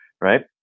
right